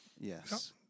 Yes